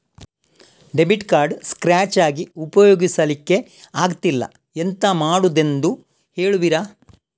Debit card scratch ಆಗಿ ಉಪಯೋಗಿಸಲ್ಲಿಕ್ಕೆ ಆಗ್ತಿಲ್ಲ, ಎಂತ ಮಾಡುದೆಂದು ಹೇಳುವಿರಾ?